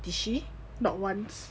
not once